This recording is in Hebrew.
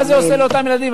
מה זה עושה לאותם ילדים,